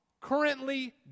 currently